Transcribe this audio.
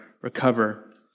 recover